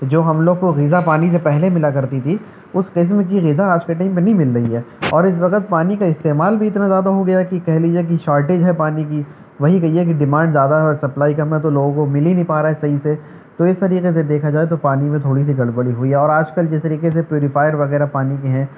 جو ہم لوگ کو غذا پانی سے پہلے ملا کرتی تھی اس قسم کی غذا آج کے ٹائم پہ نہیں مل رہی ہے اور اس وقت پانی کا استعمال بھی اتنا زیادہ ہو گیا ہے کہ کہہ لیجیے کہ شورٹیج ہے پانی کی وہی کہیے کہ ڈمانڈ زیادہ ہے اور سپلائی کم ہے تو لوگوں کو مل ہی نہیں پا رہا ہے صحیح سے تو اس طریقے سے دیکھا جائے تو پانی میں تھوڑی سی گڑبڑی ہوئی ہے اور آج کل جس طریقے سے پیوریفایر وغیرہ پانی کے ہیں